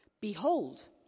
behold